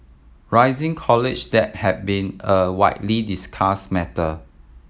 rising college debt has been a widely discussed matter